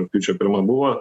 rugpjūčio pirma buvo